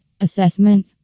Assessment